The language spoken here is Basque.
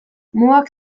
mugak